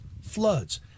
floods